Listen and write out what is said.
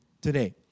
today